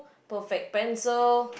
perfect pencil